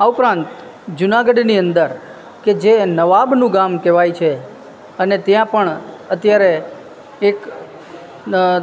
આ ઉપરાંત જૂનાગઢની અંદર કે જે નવાબનું ગામ કહેવાય છે અને ત્યાં પણ અત્યારે એક